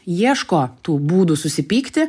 ieško tų būdų susipykti